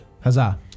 Huzzah